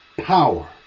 power